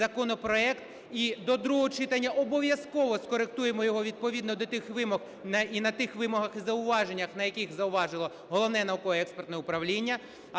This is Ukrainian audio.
і до другого читання обов'язково скоректуємо його відповідно до тих вимог і на тих вимогах, і зауваженнях, на яких зауважило Науково-експертне управління.